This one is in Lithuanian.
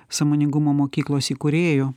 sąmoningumo mokyklos įkūrėju